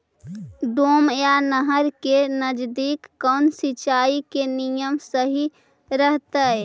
Dam या नहर के नजदीक कौन सिंचाई के नियम सही रहतैय?